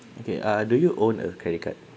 okay ah do you own a credit card